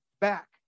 back